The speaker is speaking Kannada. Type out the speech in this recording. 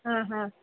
ಹಾಂ ಹಾಂ